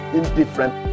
indifferent